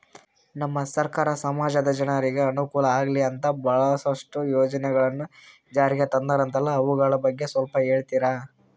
ನಮ್ಮ ಸರ್ಕಾರ ಸಮಾಜದ ಜನರಿಗೆ ಅನುಕೂಲ ಆಗ್ಲಿ ಅಂತ ಬಹಳಷ್ಟು ಯೋಜನೆಗಳನ್ನು ಜಾರಿಗೆ ತಂದರಂತಲ್ಲ ಅವುಗಳ ಬಗ್ಗೆ ಸ್ವಲ್ಪ ಹೇಳಿತೀರಾ?